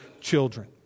children